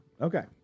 Okay